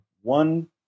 one